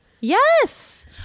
Yes